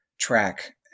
track